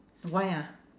why ah